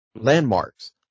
landmarks